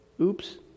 Oops